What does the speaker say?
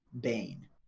Bane